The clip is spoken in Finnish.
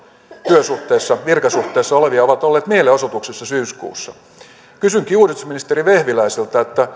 työsuhteessa virkasuhteessa ja ovat olleet mielenosoituksessa syyskuussa kysynkin uudistusministeri vehviläiseltä